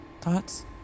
Thoughts